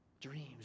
Dreams